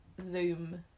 zoom